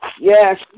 Yes